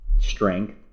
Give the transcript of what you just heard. strength